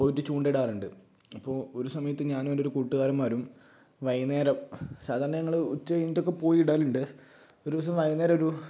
പോയിട്ട് ചൂണ്ടയിടാറുണ്ട് അപ്പോൾ ഒരു സമയത്ത് ഞാനും എന്റെ ഒരു കൂട്ടുകാരന്മാരും വൈകുന്നേരം സാധാരണ ഞങ്ങൾ ഉച്ച കഴിഞ്ഞിട്ടൊക്കെ പോയി ഇടലുണ്ട് ഒരു ദിവസം വൈകുന്നേരം ഒരു